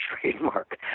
trademark